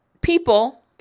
people